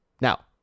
Now